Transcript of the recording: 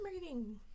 reading